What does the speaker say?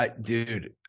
Dude